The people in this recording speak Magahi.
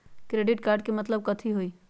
क्रेडिट कार्ड के मतलब कथी होई?